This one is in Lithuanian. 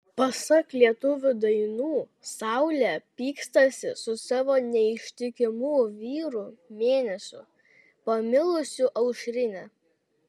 pasak lietuvių dainų saulė pykstasi su savo neištikimu vyru mėnesiu pamilusiu aušrinę